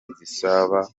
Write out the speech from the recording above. zisaba